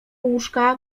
łóżka